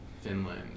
Finland